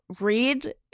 read